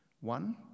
One